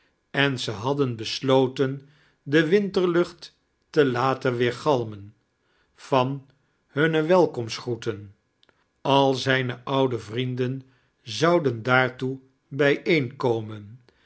en ze hadden besloten de winterlucht te laten weergaknen van hunne welkomstgroeten al zijne oude vrienden zouden daartoe bijeeiikomen